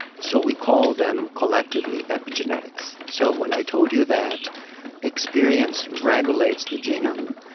so we call them collectively epigenetics. so when i told you that experience regulates the genome,